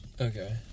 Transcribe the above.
Okay